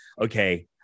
okay